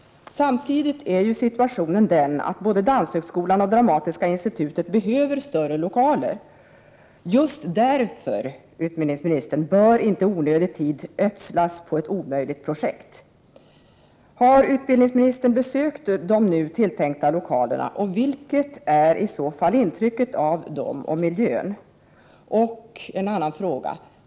Samtidigt är situationen den, att både Danshögskolan och Dramatiska institutet behöver större lokaler. Just därför, utbildningsministern, bör inte onödig tid ödslas på ett omöjligt projekt! Har utbildningsministern besökt de nu tilltänkta lokalerna, och vilket är i så fall intrycket av dem och av miljön?